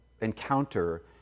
encounter